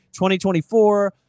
2024